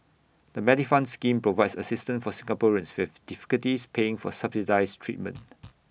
the Medifund scheme provides assistance for Singaporeans who have difficulties paying for subsidized treatment